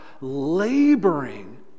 laboring